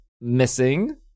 missing